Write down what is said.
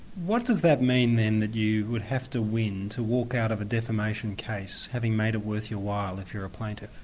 what does that mean then that you would have to win to walk out of a defamation case, having made it worth your while, if you're a plaintiff?